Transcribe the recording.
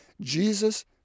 Jesus